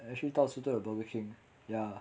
I actually thought suited the burger king ya